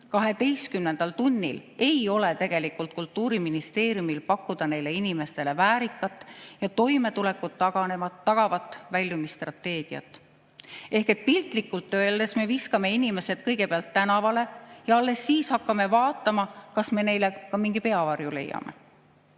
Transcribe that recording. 12. tunnil ei ole tegelikult Kultuuriministeeriumil pakkuda neile inimestele väärikat ja toimetulekut tagavat väljumisstrateegiat. Ehk piltlikult öeldes me viskame inimesed kõigepealt tänavale ja alles siis hakkame vaatama, kas me neile mingi peavarju leiame.